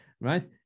right